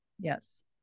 Yes